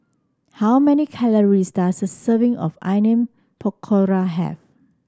how many calories does a serving of Onion Pakora have